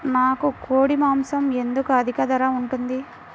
నాకు కోడి మాసం ఎందుకు అధిక ధర ఉంటుంది?